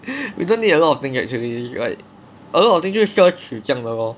we don't need a lot of things actually like a lot of things 是奢侈这样的 lor